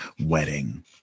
wedding